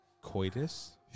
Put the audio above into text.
coitus